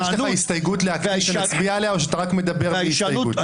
יש לך הסתייגות להקריא שנצביע עליה או שאתה רק מדבר בלי הסתייגות?